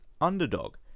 underdog